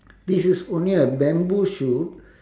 this is only a bamboo shoot